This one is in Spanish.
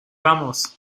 vamos